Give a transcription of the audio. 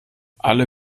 alle